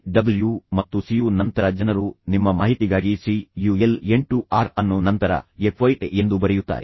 W ಮತ್ತು CU ನಂತರ ಜನರು ನಿಮ್ಮ ಮಾಹಿತಿಗಾಗಿ ಸಿ ಯು ಎಲ್ 8 ಆರ್ ಅನ್ನು ನಂತರ ಎಫ್ವೈಐ ಎಂದು ಬರೆಯುತ್ತಾರೆ